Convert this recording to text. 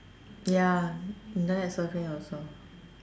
ya that's something also